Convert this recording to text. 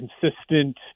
consistent